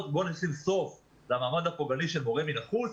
בואו נשים סוף למעמד הפוגעני של מורה מן החוץ.